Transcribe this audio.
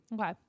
Okay